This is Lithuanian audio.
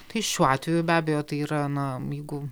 tai šiuo atveju be abejo tai yra na jeigu